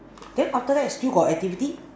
then after that still got activity